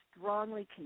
strongly